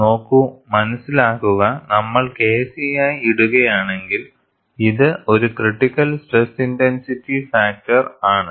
നോക്കൂ മനസിലാക്കുക നമ്മൾ KC ആയി ഇടുകയാണെങ്കിൽ ഇത് ഒരു ക്രിട്ടിക്കൽ സ്ട്രെസ് ഇന്റെൻസിറ്റി ഫാക്ടർ ആണ്